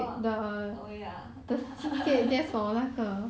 luckily you never sign up